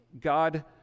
God